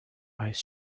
eyes